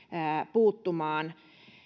puuttumaan